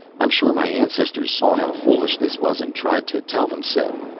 i'm sure my ancestors saw how foolish this was and tried to tell them so.